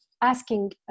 asking